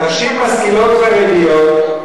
נשים משכילות חרדיות,